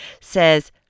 says